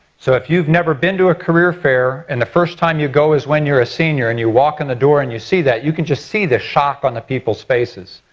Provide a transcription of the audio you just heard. so if you've never been to a career fair and the first time you go is when you're a senior and you walk in the door and you see that, you can just see the shock on the people's faces.